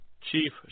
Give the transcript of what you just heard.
Chief